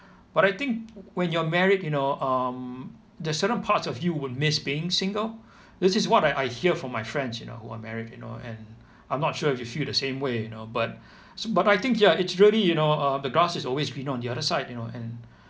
but I think when you are married you know um that certain parts of you would miss being single this is what I I hear from my friends you know who are married you know and I'm not sure if you feel the same way you know but but I think ya it's really you know uh the grass is always greener on the other side you know and